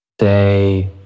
say